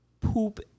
poop